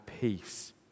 peace